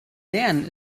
lernen